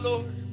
Lord